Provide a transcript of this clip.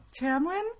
Tamlin